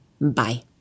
bye